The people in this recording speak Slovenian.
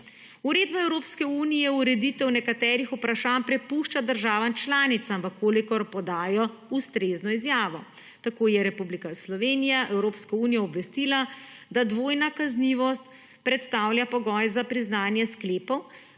Uredba Evropske unije ureditev nekaterih vprašanj prepušča državam članicam v kolikor podajo ustrezno izjavo. Tako je Republika Slovenije Evropsko unijo obvestila, da dvojna kaznivost predstavlja pogoj za priznanje sklepov,